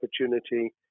opportunity